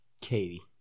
Katie